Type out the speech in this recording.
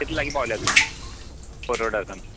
इतलें लागी पावल्यात तुमी बरोडासान